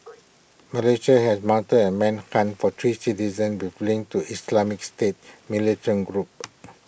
Malaysia has mounted A manhunt for three citizens with links to Islamic state militant group